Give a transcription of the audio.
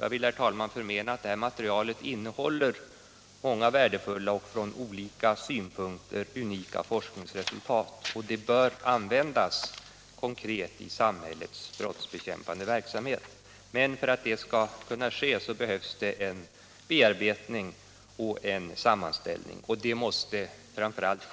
Jag vill, herr talman, förmena att det här materialet innehåller många värdefulla och från olika synpunkter unika forskningsresultat, som konkret bör kunna användas i samhällets brottsbekämpande verksamhet. Men för att detta skall kunna ske behövs det en bearbetning och en sammanställning, och det måste